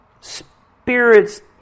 spirits